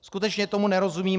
Skutečně tomu nerozumím.